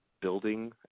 building